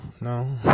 no